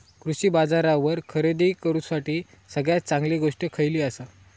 कृषी बाजारावर खरेदी करूसाठी सगळ्यात चांगली गोष्ट खैयली आसा?